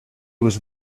was